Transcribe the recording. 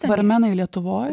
barmenai lietuvoj